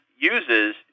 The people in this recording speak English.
uses